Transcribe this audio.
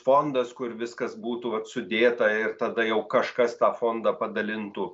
fondas kur viskas būtų vat sudėta ir tada jau kažkas tą fondą padalintų